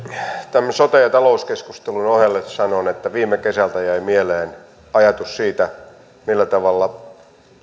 tämän sote ja talouskeskustelun ohelle sanon että viime kesältä jäi mieleen ajatus siitä millä tavalla